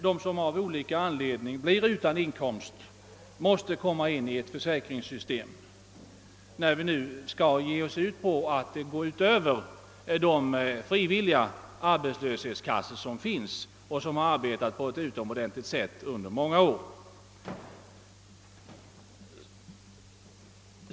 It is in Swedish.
Den som av olika anledningar blir utan inkomst måste komma in i ett försäkringssystem, när vi nu planerar att gå utöver de frivilliga arbetslöshetskassor som redan finns och som arbetat på ett utomordentligt sätt under många år.